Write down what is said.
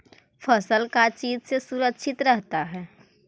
फसल का चीज से सुरक्षित रहता है?